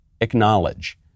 acknowledge